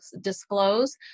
disclose